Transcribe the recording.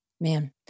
Man